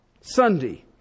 Sunday